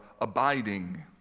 abiding